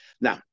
Now